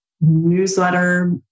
newsletter